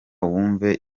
wumve